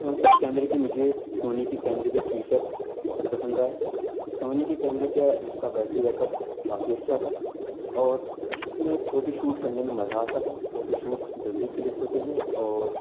کیونکہ اس کیمرے کی مجھے سونی کی کیمرے کی فیچر بہت پسند آئے سونی کی کیمرے کا اس کا بیٹری بیک اپ کافی اچّھا تھا اور اس میں فوٹو شوٹ کرنے میں مزہ آتا ہے فوٹو شوٹ جلدی کلک ہوتے ہیں اور